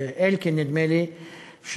נדמה לי של אלקין,